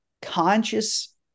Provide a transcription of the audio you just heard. conscious